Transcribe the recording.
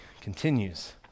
continues